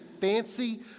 fancy